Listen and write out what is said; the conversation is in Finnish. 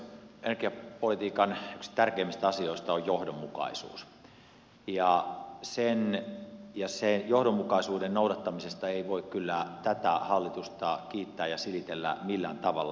energiapolitiikan yksi tärkeimmistä asioista on johdonmukaisuus ja johdonmukaisuuden noudattamisesta ei voi kyllä tätä hallitusta kiittää ja silitellä millään tavalla